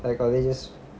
for the colleges